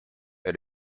elle